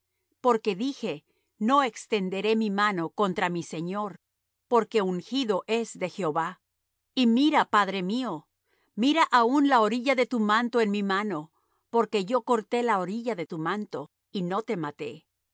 porque dije no extenderé mi mano contra mi señor porque ungido es de jehová y mira padre mío mira aún la orilla de tu manto en mi mano porque yo corté la orilla de tu manto y no te maté